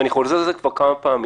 ואני חוזר על זה כבר כמה פעמים,